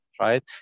right